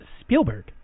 Spielberg